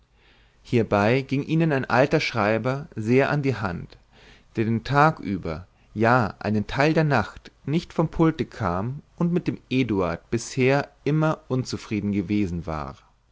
hierbei ging ihnen ein alter schreiber sehr an die hand der den tag über ja einen teil der nacht nicht vom pulte kam und mit dem eduard bisher immer unzufrieden gewesen war